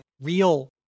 real